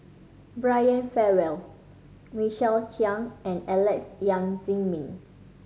Brian Farrell Michael Chiang and Alex Yam Ziming